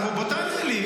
בוא תענה לי.